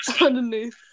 underneath